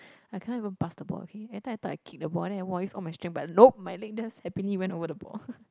I cannot even pass the ball okay every time I thought I kick the ball and then !wah! I use all my strength but nope my leg just happily went over the ball